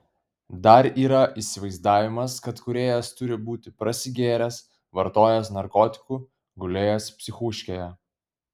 dar yra įsivaizdavimas kad kūrėjas turi būti prasigėręs vartojęs narkotikų gulėjęs psichūškėje